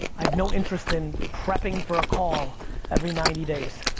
i have no interest in prepping for a call every ninety days.